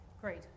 Great